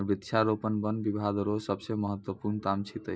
वृक्षारोपण वन बिभाग रो सबसे महत्वपूर्ण काम छिकै